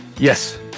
Yes